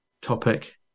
topic